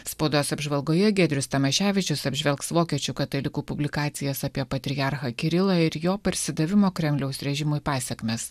spaudos apžvalgoje giedrius tamaševičius apžvelgs vokiečių katalikų publikacijas apie patriarchą kirilą ir jo parsidavimo kremliaus režimui pasekmes